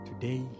Today